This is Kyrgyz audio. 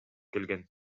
келген